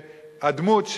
הדמות,